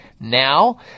now